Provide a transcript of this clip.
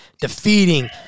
defeating